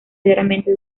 diariamente